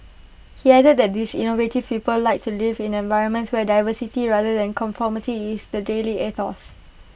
he added that these innovative people like to live in environments where diversity rather than conformity is the daily ethos